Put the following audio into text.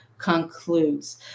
concludes